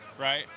right